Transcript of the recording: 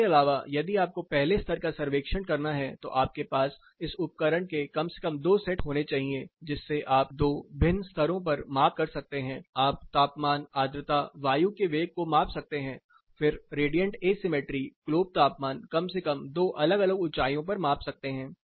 इसके अलावा यदि आपको पहले स्तर का सर्वेक्षण करना है तो आपके पास इस उपकरण के कम से कम दो सेट होने चाहिए जिससे आप दो भिन्न स्तरों पर माप सकते हैं आप तापमान आर्द्रता वायु के वेग को माप सकते हैं फिर रेडिएंट एसिमेट्री ग्लोब तापमान कम से कम दो अलग अलग ऊंचाइयों पर माप सकते हैं